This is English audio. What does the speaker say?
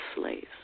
slaves